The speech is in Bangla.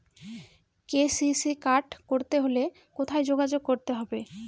কে.সি.সি কার্ড করতে হলে কোথায় যোগাযোগ করতে হবে?